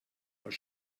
als